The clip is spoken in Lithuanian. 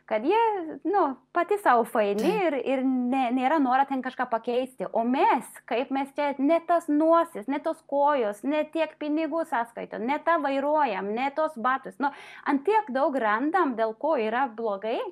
kad jie nu pati sau faini ir ir ne nėra noro ten kažką pakeisti o mes kaip mes čia ne tas nosis ne tos kojos ne tiek pinigų sąskaitoj ne tą vairuojam ne tuos batus nu ant tiek daug randam dėl ko yra blogai